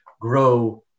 grow